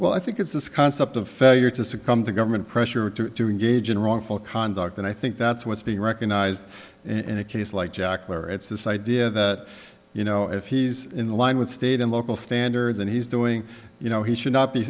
well i think it's this concept of failure to succumb to government pressure to engage in wrongful conduct and i think that's what's being recognized in a case like jack where it's this idea that you know if he's in line with state and local standards and he's doing you know he should not be